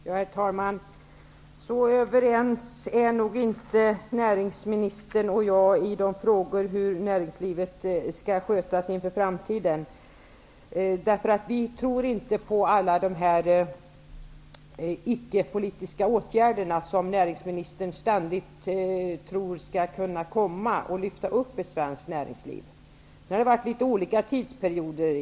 Herr talman! Så överens är nog inte näringsministern och jag i frågan om hur näringslivet skall skötas i framtiden. Vi tror inte på alla de icke-politiska åtgärder som näringsministern ständigt tror skall komma att lyfta upp svenskt näringsliv. Det har talats om litet olika tidsperioder.